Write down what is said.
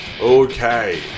Okay